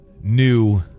new